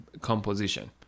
composition